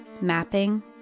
mapping